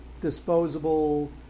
disposable